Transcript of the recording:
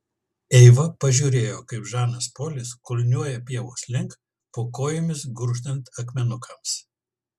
eiva pažiūrėjo kaip žanas polis kulniuoja pievos link po kojomis gurgždant akmenukams